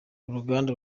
uruganda